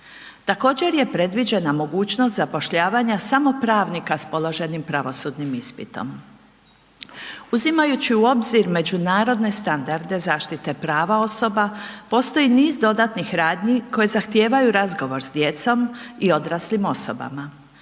Također je predviđena mogućnost samo pravnika s položenim pravosudnim ispitom. Uzimajući u obzir međunarodne standarde zaštite prava osoba, postoji niz dodatnih radnji koji zahtijevaju razgovor s djecom i odraslim osobama.